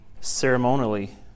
ceremonially